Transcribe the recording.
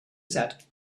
set